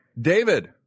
David